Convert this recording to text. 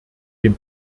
dem